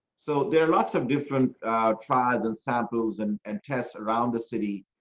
so they're not some different trials and samples and and tests around the city.